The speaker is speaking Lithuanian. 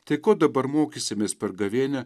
tai ko dabar mokysimės per gavėnią